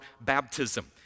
baptism